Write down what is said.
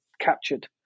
captured